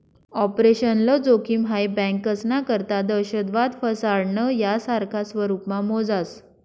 operational जोखिम हाई बँकास्ना करता दहशतवाद, फसाडणं, यासारखा स्वरुपमा मोजास